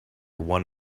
one